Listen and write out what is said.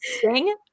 sing